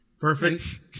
Perfect